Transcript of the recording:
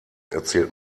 erzählt